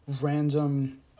random